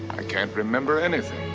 can't remember anything.